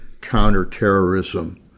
counterterrorism